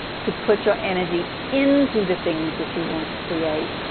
to put your energy into the things that you want to create,